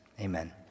Amen